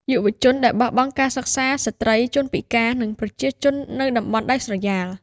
យុវជនដែលបោះបង់ការសិក្សា ស្ត្រី ជនពិការ និងប្រជាជននៅតំបន់ដាច់ស្រយាល។